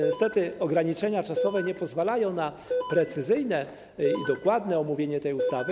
Niestety ograniczenia czasowe nie pozwalają na precyzyjne i dokładne omówienie tej ustawy.